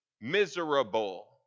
miserable